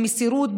במסירות,